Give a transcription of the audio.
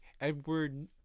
Edward